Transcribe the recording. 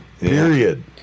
period